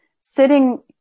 sitting